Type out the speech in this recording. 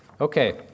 Okay